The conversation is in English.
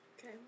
okay